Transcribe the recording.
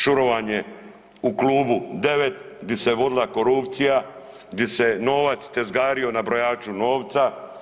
Šurovanje u klubu 9 gdje se vodila korupcija, gdje se novac tezgario na brojaču novca.